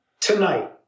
tonight